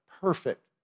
Perfect